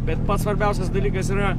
bet pats svarbiausias dalykas yra